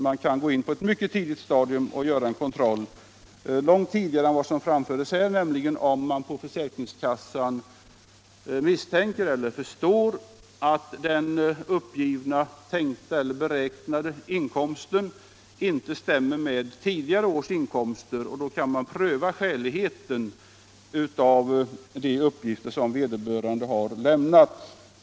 Man kan på ett mycket tidigt stadium, långt tidigare än herr Sjöholm förutsatte, göra en kontroll. Om den uppgivna, tänkta eller beräknade inkomsten inte stämmer med tidigare års inkomster kan man pröva skäligheten av de uppgifter som vederbörande har lämnat.